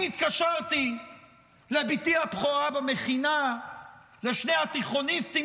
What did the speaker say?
אני התקשרתי לבתי הבכורה במכינה ולשני התיכוניסטים